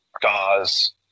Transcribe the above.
gauze